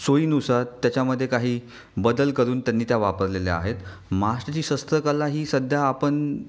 सोयीनुसात त्याच्यामध्ये काही बदल करून त्यांनी त्या वापरलेल्या आहेत महाष्टाची शस्त्रकला ही सध्या आपण